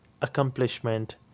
accomplishment